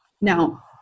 Now